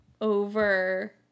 over